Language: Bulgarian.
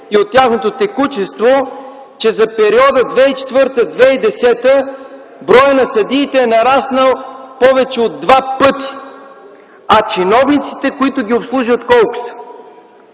и от тяхното текучество, че за периода 2004 2010 г. броят на съдиите е нараснал повече от два пъти, а чиновниците, които ги обслужват, колко са?